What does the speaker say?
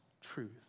truth